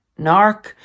narc